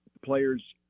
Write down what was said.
players